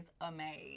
amazed